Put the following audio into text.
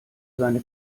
seine